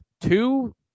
two